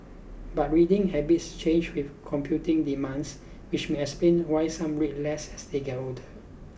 but reading habits change with competing demands which may explain why some read less as they get older